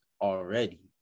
already